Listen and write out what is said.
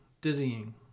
Dizzying